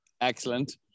Excellent